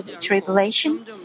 tribulation